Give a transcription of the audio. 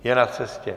Je na cestě.